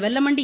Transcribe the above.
Vellamandi